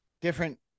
different